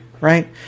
right